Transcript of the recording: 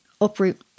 uproot